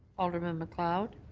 alderman macleod.